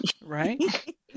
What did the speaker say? Right